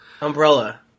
Umbrella